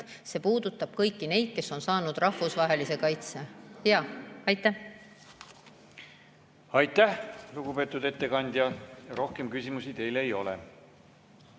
see puudutab kõiki neid, kes on saanud rahvusvahelise kaitse. Jaa. Aitäh, lugupeetud ettekandja! Rohkem küsimusi teile ei ole.